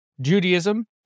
Judaism